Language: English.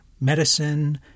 medicine